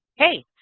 hey,